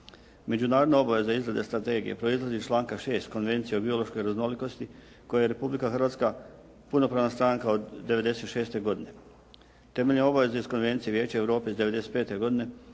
Međunarodna obaveza izrade strategije proizlazi iz članka 6. Konvencije o biološkoj raznolikosti koje je Republika Hrvatska punopravna stranka od '96. godine. Temeljem obaveze iz Konvencije Vijeća Europe iz '95. godine